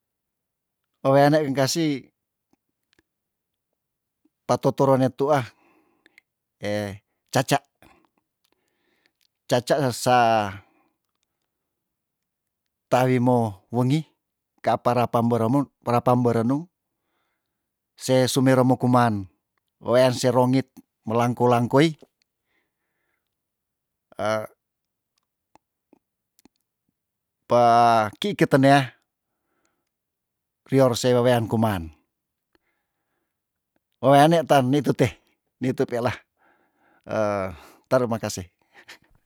Weweane engkasih pato toro ne tuah eh caca caca hesa tawimo wengi ka apa rapa mbereme perapan mberenung se sumero mo kuman wewean si rongit melangkoi langkoi pe ki kete nea rior se wewean kuman weweane taan nitu teh nitu peil tarima kaseh